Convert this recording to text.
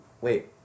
wait